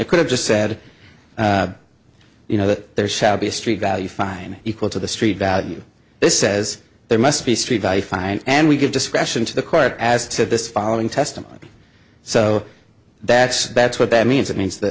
it could have just said you know that there shall be a street value fine equal to the street value this says there must be street by fine and we give discretion to the court as to this following testimony so that's that's what that means it means that